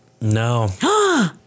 No